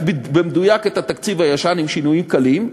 במדויק את התקציב הישן עם שינויים קלים,